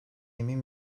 emin